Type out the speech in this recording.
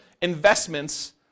investments